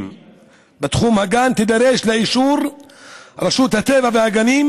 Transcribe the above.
בתחום הגן תידרש לאישור רשות הטבע והגנים,